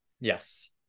yes